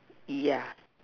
yeah